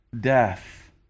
death